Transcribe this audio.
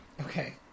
okay